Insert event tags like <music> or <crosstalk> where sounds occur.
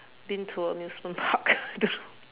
been to amusement park <laughs> I don't know